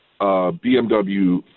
BMW